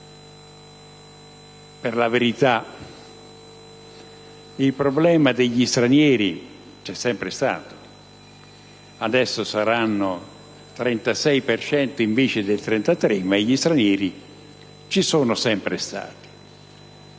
Per la verità, il problema degli stranieri c'è sempre stato. Adesso saranno il 36 per cento invece del 33 per cento, ma gli stranieri ci sono sempre stati.